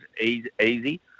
easy